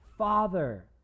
Father